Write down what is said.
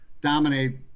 dominate